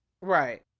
right